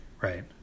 right